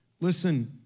listen